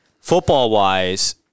football-wise